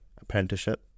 apprenticeship